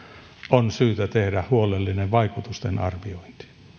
on syytä tehdä huolellinen vaikutusten arviointi